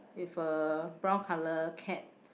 with a brown colour cat